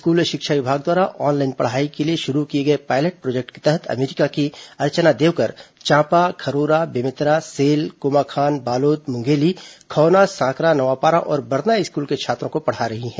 school शिक्षा विभाग द्वारा ऑनलाइन पढ़ाई के लिए शुरू किए गए पायलट प्रोजेक्ट के तहत अमेरिका की अर्चना देवकर चांपा खरोरा बेमेतरा सेल कोमाखान बालोद मुंगेली खौना सांकरा नवापारा और बरना स्कूल के छात्रों को पढ़ा रही है